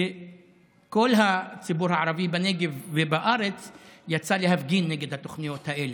שכל הציבור הערבי בנגב ובארץ יצא להפגין נגד התוכניות האלה.